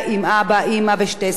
האבא לא התאקלם,